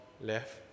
left